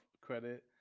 credit